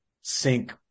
sink